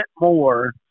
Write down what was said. more